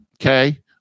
Okay